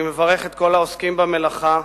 אני מברך את כל העוסקים במלאכה,